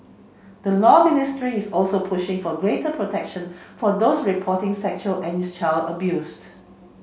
the Law Ministry is also pushing for greater protection for those reporting sexual and child abused